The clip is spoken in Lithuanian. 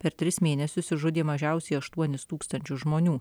per tris mėnesius išžudė mažiausiai aštuonis tūkstančius žmonių